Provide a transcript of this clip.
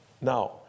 Now